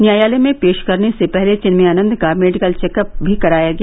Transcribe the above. न्यायालय में पेश करने से पहले चिन्मयानंद का मेडिकल चेक अप भी कराया गया